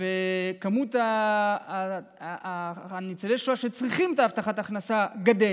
מספר ניצולי השואה שצריכים הבטחת הכנסה גדל.